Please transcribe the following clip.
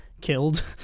killed